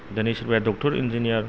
दिनै सोरबा doctor engineer